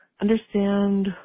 understand